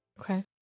okay